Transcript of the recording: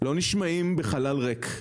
לא נשמעים בחלל ריק.